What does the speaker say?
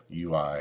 UI